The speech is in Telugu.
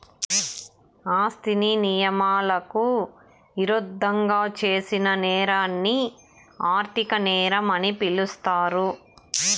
ఆస్తిని నియమాలకు ఇరుద్దంగా చేసిన నేరాన్ని ఆర్థిక నేరం అని పిలుస్తారు